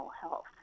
health